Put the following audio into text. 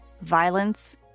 violence